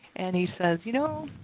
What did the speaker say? and he says, you know,